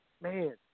man